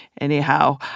Anyhow